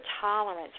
tolerance